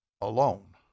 alone